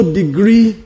degree